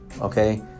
okay